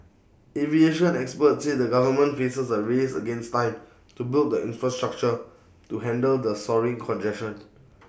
aviation experts say the government faces A race against time to build the infrastructure to handle the soaring congestion